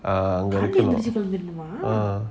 err அங்க இருக்கனும்:anga irukanum err